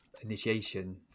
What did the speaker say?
initiation